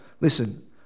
listen